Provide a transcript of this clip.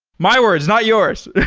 my words, not yours.